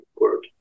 work